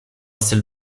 celle